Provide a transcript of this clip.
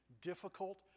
difficult